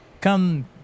Come